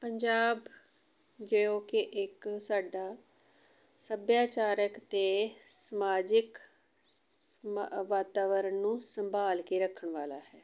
ਪੰਜਾਬ ਜੋ ਕਿ ਇੱਕ ਸਾਡਾ ਸੱਭਿਆਚਾਰਕ ਅਤੇ ਸਮਾਜਿਕ ਸਮਾ ਵਾਤਾਵਰਨ ਨੂੰ ਸੰਭਾਲ ਕੇ ਰੱਖਣ ਵਾਲਾ ਹੈ